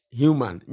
human